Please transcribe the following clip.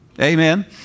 Amen